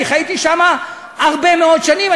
אני חייתי שם הרבה מאוד שנים,